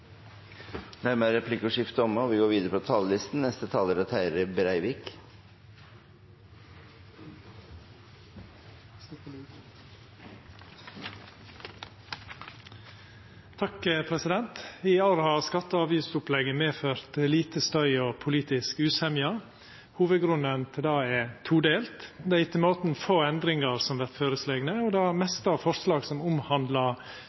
Dermed er replikkordskiftet omme. I år har skatte- og avgiftsopplegget medført lite støy og politisk usemje. Hovudgrunnen til det er todelt: Det er etter måten få endringar som vert føreslegne, og dei fleste forslaga som